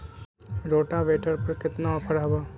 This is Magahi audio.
रोटावेटर पर केतना ऑफर हव?